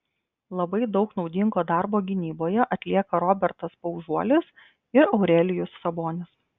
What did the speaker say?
labai daug naudingo darbo gynyboje atlieka robertas paužuolis ir aurelijus sabonis